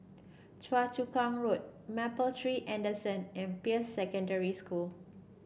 Choa Chu Kang Road Mapletree Anson and Peirce Secondary School